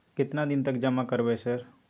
केतना दिन तक जमा करबै सर?